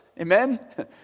Amen